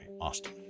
austin